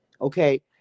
Okay